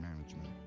management